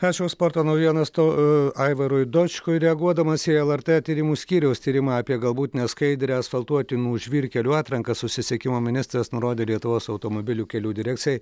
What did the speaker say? ačiū už sporto naujienas tu aivarui dočkui reaguodamas į lrt tyrimų skyriaus tyrimą apie galbūt neskaidrią asfaltuotinų žvyrkelių atranką susisiekimo ministras nurodė lietuvos automobilių kelių direkcijai